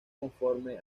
conforme